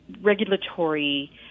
regulatory